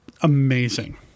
amazing